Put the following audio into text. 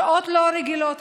שעות לא רגילות.